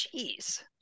jeez